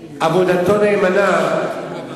נאמנה מספיק.